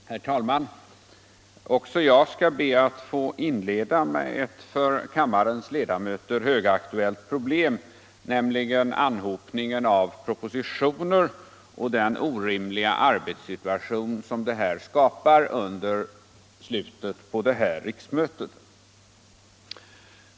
Herr talman! Också jag skall be att få inleda med ett för kammarens ledamöter högaktuellt problem, nämligen anhopningen av propositioner och den orimliga arbetssituation som dessa skapar under slutet på detta riksmöte.